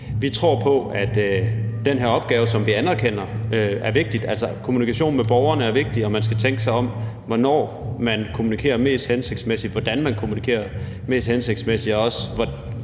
Vi anerkender, at den her opgave er vigtig, altså at kommunikation med borgerne er vigtig, og at man skal tænke sig om, i forhold til hvornår man kommunikerer mest hensigtsmæssigt, hvordan man kommunikerer mest hensigtsmæssigt og også hvad man kommunikerer om, og om det